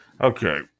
Okay